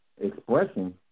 expression